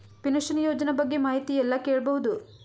Pension ಯೋಜನ ಬಗ್ಗೆ ಮಾಹಿತಿ ಎಲ್ಲ ಕೇಳಬಹುದು?